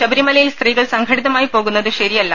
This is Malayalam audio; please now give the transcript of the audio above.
ശബരിമലയിൽ സ്ത്രീകൾ സംഘടിതമായി പോകുന്നത് ശരിയല്ല